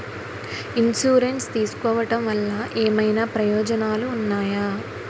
Insurance తీసుకోవటం వల్ల ఏమైనా ప్రయోజనాలు ఉన్నాయా?